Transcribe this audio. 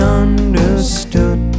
understood